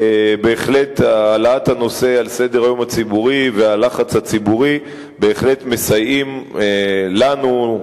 העלאת הנושא על סדר-היום הציבורי והלחץ הציבורי בהחלט מסייעים לנו,